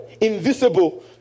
invisible